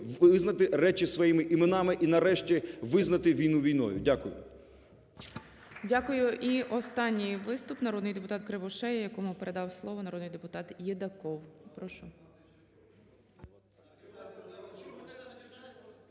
визнати речі своїми іменами і нарешті визнати війну війною. Дякую. (Оплески) ГОЛОВУЮЧИЙ. Дякую. І останній виступ – народний депутат Кривошея, якому передав слово народний депутат Єдаков. Прошу.